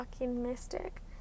mystic